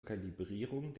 kalibrierung